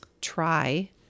try